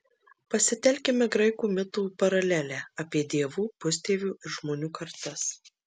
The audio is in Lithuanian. pasitelkime graikų mitų paralelę apie dievų pusdievių ir žmonių kartas